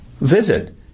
Visit